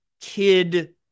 kid